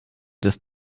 des